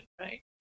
right